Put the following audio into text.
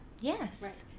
Yes